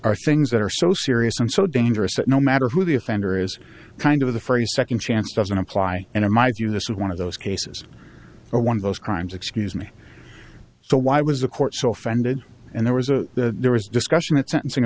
ings that are so serious and so dangerous that no matter who the offender is kind of the phrase second chance doesn't apply and in my view this is one of those cases or one of those crimes excuse me so why was the court so offended and there was a there was discussion at sentencing